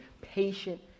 patient